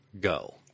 go